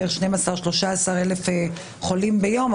בערך 12 אלף חולים ביום,